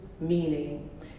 meaning